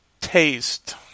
taste